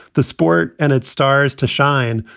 the sport and its stars to shine.